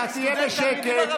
אתה תהיה בשקט.